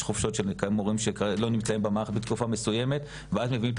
יש חופשות של מורים שלא נמצאים במערכת בתקופה מסוימת ואז מביאים את